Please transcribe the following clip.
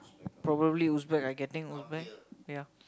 probably Uzbek I getting Uzbek ya